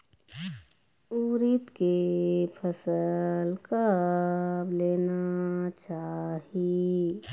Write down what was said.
उरीद के फसल कब लेना चाही?